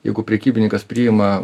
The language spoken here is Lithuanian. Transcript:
jeigu prekybininkas priima